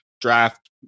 draft